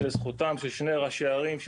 זה לזכותם של שני ראשי ערים,